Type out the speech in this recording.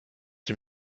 dem